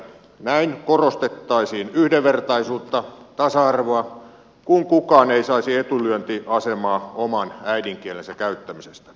näin korostettaisiin yhdenvertaisuutta tasa arvoa kun kukaan ei saisi etulyöntiasemaa oman äidinkielensä käyttämisestä